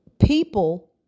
People